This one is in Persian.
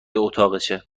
اتاقشه